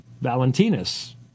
Valentinus